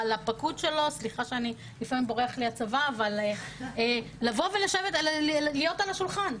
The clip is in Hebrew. לפקוד שלו סליחה שלפעמים בורח לי הצבא לבוא ולהיות על השולחן,